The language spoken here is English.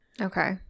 Okay